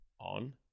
on